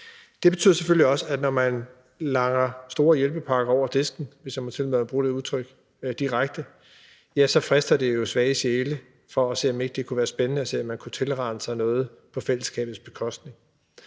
Det betyder selvfølgelig også, at når man langer store hjælpepakker over disken – hvis jeg må tillade mig at bruge det direkte udtryk – så frister det jo svage sjæle i forhold til at se, om det ikke kunne være spændende, om man kunne tilrane sig noget på fællesskabets bekostning.